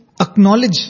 acknowledge